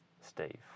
Steve